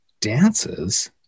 dances